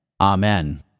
Amen